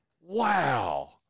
Wow